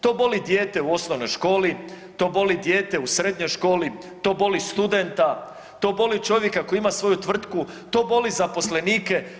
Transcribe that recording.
To boli dijete u osnovnoj školi, to boli dijete u srednjoj školi, to boli studenta, to boli čovjeka koji ima svoju tvrtku, to boli zaposlenike.